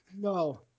no